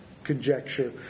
conjecture